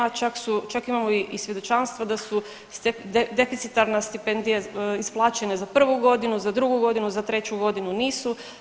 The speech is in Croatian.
Čak imamo i svjedočanstva da su deficitarne stipendije isplaćene za prvu godinu, za drugu godinu, za treću godinu nisu.